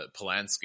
Polanski